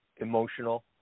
emotional